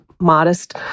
modest